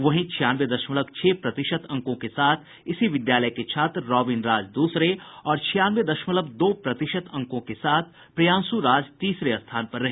वहीं छियानवे दशमलव छह प्रतिशत अंकों के साथ इसी विद्यालय के छात्र रॉबिन राज दूसरे और छियानवे दशमलव दो प्रतिशत अंकों के साथ प्रियांशु राज तीसरे स्थान पर रहे